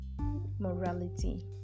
morality